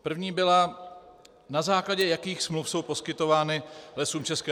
První byla, na základě jakých smluv jsou poskytovány Lesům ČR...